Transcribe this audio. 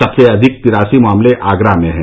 सबसे अधिक तिरासी मामले आगरा में हैं